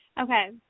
Okay